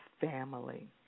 family